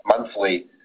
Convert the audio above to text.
monthly